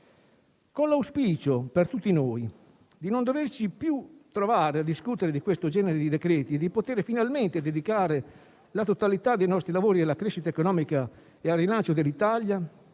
Con l'auspicio, per tutti noi, di non doverci più trovare a discutere di questo genere di decreti e di poter finalmente dedicare la totalità dei nostri lavori alla crescita economica e al rilancio dell'Italia,